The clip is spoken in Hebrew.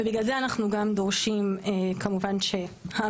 ובגלל זה אנחנו גם דורשים כמובן שהעמית